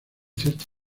ciertas